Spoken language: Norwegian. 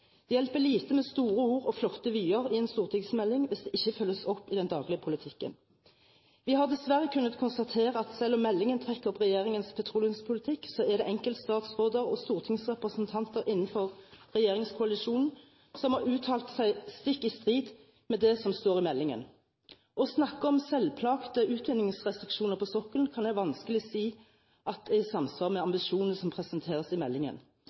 Det hjelper lite med store ord og flotte vyer i en stortingsmelding hvis det ikke følges opp i den daglige politikken. Vi har dessverre kunnet konstatere at selv om meldingen trekker opp regjeringens petroleumspolitikk, er det enkeltstatsråder og stortingsrepresentanter innenfor regjeringskoalisjonen som har uttalt seg stikk i strid med det som står i meldingen. Å snakke om selvpålagte utvinningsrestriksjoner på sokkelen kan jeg vanskelig se er i samsvar med ambisjonene som presenteres i meldingen. Når enkeltstatsråder uttaler seg så avvikende fra det som står i meldingen,